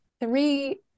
three